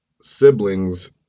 siblings